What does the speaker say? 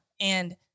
and-